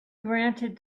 granted